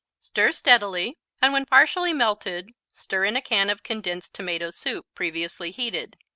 stir steadily and, when partially melted, stir in a can of condensed tomato soup, previously heated.